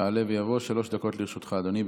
יעלה ויבוא, שלוש דקות לרשותך, אדוני.